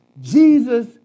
Jesus